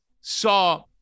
saw